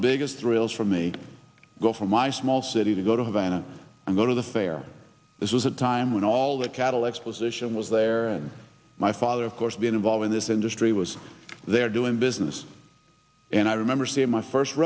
biggest thrills for me go from my small city to go to havana and go to the fair this was a time when all the cattle exposition was there and my father of course being involved in this industry was there doing business and i remember seeing my first